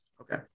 Okay